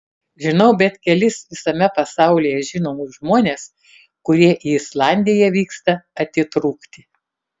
žinau bent kelis visame pasaulyje žinomus žmones kurie į islandiją vyksta atitrūkti